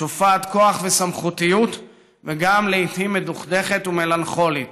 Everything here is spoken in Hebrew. שופעת כוח וסמכותיות וגם לעיתים מדוכדכת ומלנכולית,